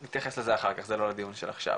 נתייחס לזה אחר כך זה לא לדיון של עכשיו.